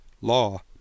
Law